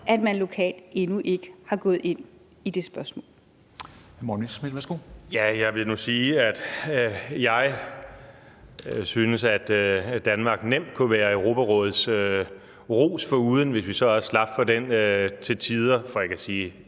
14:25 Morten Messerschmidt (DF): Jeg vil sige, at jeg synes, at Danmark nemt kunne være Europarådets ros foruden, hvis vi så også slap for den til tider, for ikke at sige